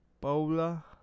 Paula